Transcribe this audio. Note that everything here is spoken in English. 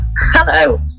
hello